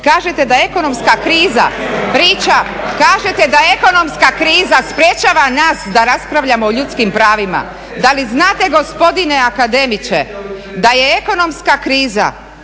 može uzviknuti vivat academia. Kažete da ekonomska kriza sprečava nas da raspravljamo o ljudskim pravima, da li znate gospodine akademiče da je ekonomska kriza